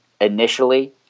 initially